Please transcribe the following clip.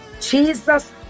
Jesus